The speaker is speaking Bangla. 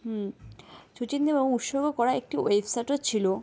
হুম শচিন দেব বর্মণ উৎসাহিত করা একটি ছিলো